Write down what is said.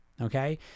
Okay